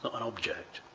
an object.